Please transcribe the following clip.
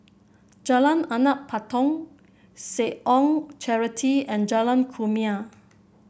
Jalan Anak Patong Seh Ong Charity and Jalan Kumia